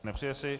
Nepřeje si.